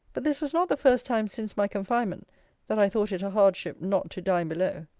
but this was not the first time since my confinement that i thought it a hardship not to dine below.